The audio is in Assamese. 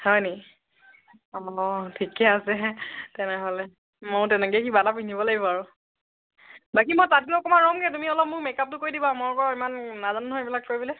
হয় নি অঁ ঠিকে আছে তেনেহ'লে ময়ো তেনেকৈ কিবা এটা পিন্ধিব লাগিব আৰু বাকী মই তাত গৈ অকণমান ৰ'মগৈ তুমি অলপ মোক মেক আপটো কৰি দিবা মই আকৌ ইমান নাজানো নহয় এইবিলাক কৰিবলৈ